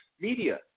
media